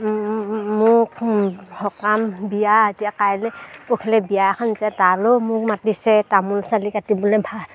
মোক সকাম বিয়া এতিয়া কাইলে পৰহিলে বিয়া এখন আছে তালে মোক মাতিছে তামোল চালি কাটিবলে